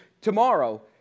Tomorrow